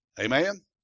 Amen